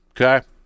Okay